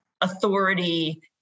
authority